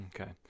okay